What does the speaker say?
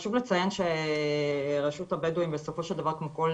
חשוב לציין שרשות הבדואים בסופו של דבר כמו כל